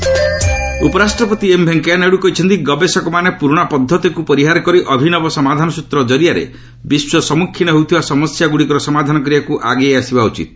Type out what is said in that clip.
VP ଉପରାଷ୍ଟପତି M Venkaiah Naidu କହିଛନ୍ତି ଗବେଷକମାନେ ପ୍ରରଣା ପଦ୍ଧତିକୁ ପରିହାର କରି ଅଭିନବ ସମାଧାନ ସ୍ୱତ୍ର ଜରିଆରେ ବିଶ୍ୱ ସମ୍ମୁଖୀନ ହେଉଥିବା ସମସ୍ୟାଗୁଡ଼ିକର ସମାଧାନ କରିବାକୁ ଆଗେଇ ଆସିବା ଉଚିତ୍